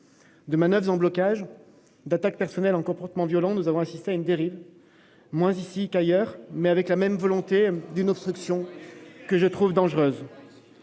De manoeuvres en blocages, d'attaques personnelles en comportements violents, nous avons assisté à une dérive, moins ici qu'ailleurs, certes, ... Pas ici !... mais avec la même volonté d'obstruction, que je trouve dangereuse.